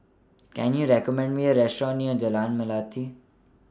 Can YOU recommend Me A Restaurant near Jalan Melati